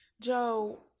Joe